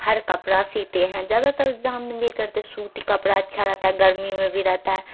ہر کپڑا سیتے ہیں زیادہ تر جہاں بھی کرتے سوتی کپڑا اچھا رہتا ہے گرمی میں بھی رہتا ہے